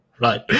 Right